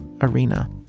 arena